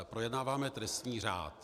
Projednáváme trestní řád.